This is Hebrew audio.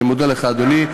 אני מודה לך, אדוני.